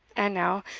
and now,